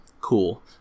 cool